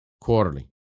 quarterly